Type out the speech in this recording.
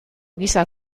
gisa